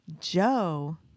Joe